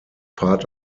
part